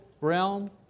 realm